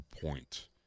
point